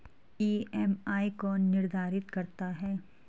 EMI कौन निर्धारित करता है?